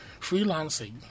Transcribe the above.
freelancing